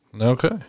Okay